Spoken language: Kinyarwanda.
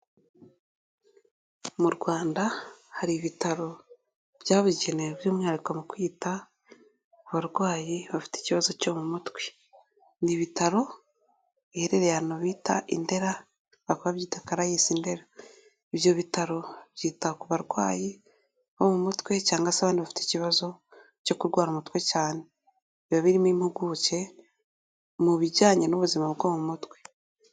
Mu Rwanda hari ibitaro byabugenewe by'umwihariko mu kwita barwayi bafite ikibazo cyo mu mutwe. Ni ibitaro iherereye ahantu bita i Ndera, bakaba babyita ''CARAES Ndera''. Ibyo bitaro byita ku barwayi bo mu mutwe cyangwa se abandi bafite ikibazo cyo kurwara umutwe cyane. Biba birimo impuguke mu bijyanye n'ubuzima bwo mu mutwe.